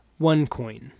OneCoin